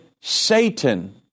Satan